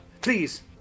please